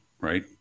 right